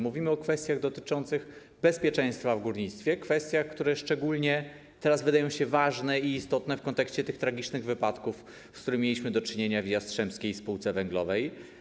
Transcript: Mówimy o kwestiach dotyczących bezpieczeństwa w górnictwie, kwestiach, które szczególnie teraz wydają się ważne i istotne w kontekście tragicznych wypadków, z którymi mieliśmy do czynienia w Jastrzębskiej Spółce Węglowej.